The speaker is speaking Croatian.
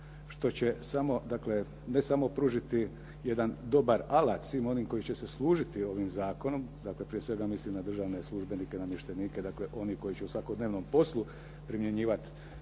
dakle ne samo pružiti jedan dobar alat svim onima koji će se služiti ovim zakonom, dakle prije svega mislim na državne službenike, namještenike. Dakle, oni koji će u svakodnevnom poslu primjenjivat